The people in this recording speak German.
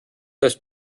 das